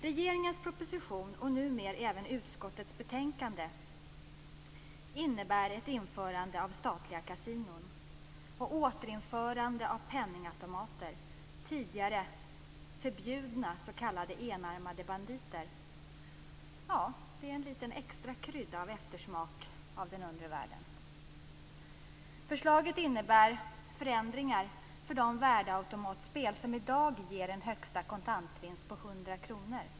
Regeringens proposition, och numer även utskottets betänkande, innebär ett införande av statliga kasinon och återinförande av penningautomater - tidigare förbjudna s.k. enarmade banditer. Det är en liten extra krydda och eftersmak av den undre världen. kr.